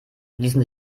ließen